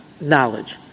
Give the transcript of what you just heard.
knowledge